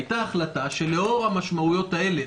הייתה החלטה שלאור המשמעויות האלה,